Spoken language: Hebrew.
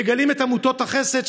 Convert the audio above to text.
מגלים את עמותות החסד,